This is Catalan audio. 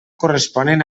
corresponen